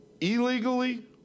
illegally